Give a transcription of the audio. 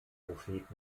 prophet